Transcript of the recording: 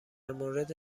مورد